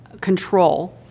Control